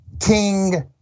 King